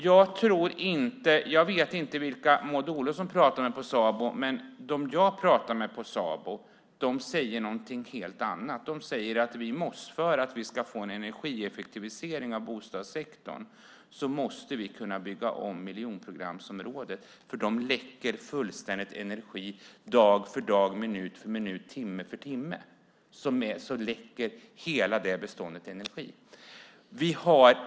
Jag vet inte vilka Maud Olofsson har pratat med på Sabo, men de jag har pratat med på Sabo säger att för att vi ska få en energieffektivisering av bostadssektorn måste vi kunna bygga om miljonprogramsområdena, för hela det beståndet läcker energi dag för dag, timme för timme och minut för minut.